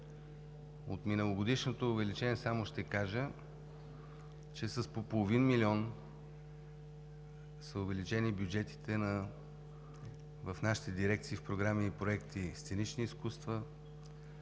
От миналогодишното увеличение само ще кажа, че с по половин милион са увеличени бюджетите в нашите дирекции в програмни проекти – сценични изкуства,